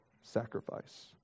sacrifice